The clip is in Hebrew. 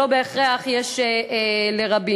שלא בהכרח יש לרבים.